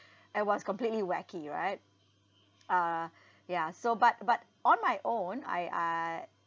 I was completely wacky right uh ya so but but on my own I I